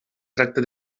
tracta